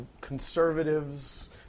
conservatives